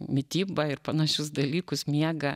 mitybą ir panašius dalykus miegą